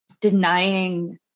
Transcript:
denying